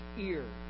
ear